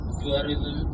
tourism